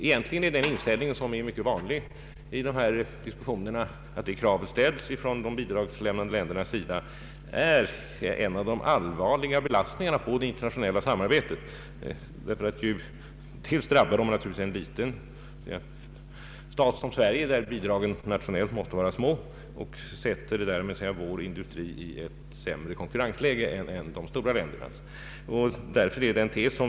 Egentligen är den inställningen, som är mycket vanlig i dessa diskussioner, en allvarlig belastning på det internationella samarbetet. Naturligtvis drabbar detta en liten stat som Sverige, vars bidrag givetvis måste vara små, varigenom vår industri sätts i ett sämre konkurrensläge än de stora ländernas.